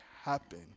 happen